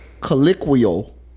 colloquial